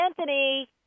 Anthony